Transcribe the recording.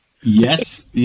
Yes